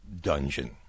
Dungeon